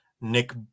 Nick